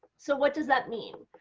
so what does that mean?